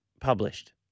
published